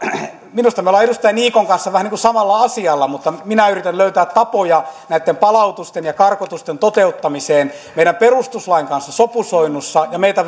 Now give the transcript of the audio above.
minusta me olemme edustaja niikon kanssa vähän niin kuin samalla asialla mutta minä yritän löytää tapoja näitten palautusten ja karkotusten toteuttamiseen meidän perustuslain kanssa sopusoinnussa ja meitä